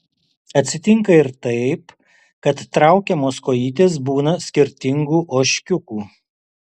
atsitinka ir taip kad traukiamos kojytės būna skirtingų ožkiukų